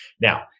Now